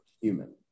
human